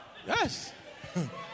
Yes